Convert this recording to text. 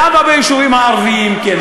למה ביישובים הערביים כן?